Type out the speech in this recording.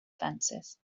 fences